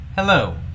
Hello